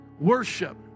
worship